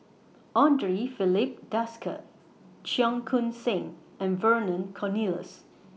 Andre Filipe Desker Cheong Koon Seng and Vernon Cornelius